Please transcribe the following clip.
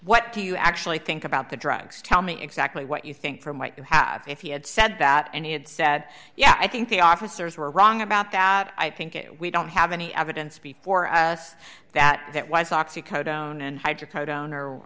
what do you actually think about the drugs tell me exactly what you think from might have if he had said that and he had said yeah i think the officers were wrong about that i think it we don't have any evidence before us that that